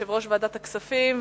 יושב-ראש ועדת הכספים: